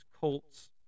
Colts